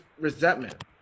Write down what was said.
resentment